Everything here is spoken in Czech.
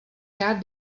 rád